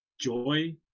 joy